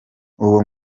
uwo